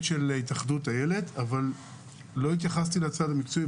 של התאחדות "אילת" אבל לא התייחסתי לצד המקצועי,